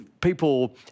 People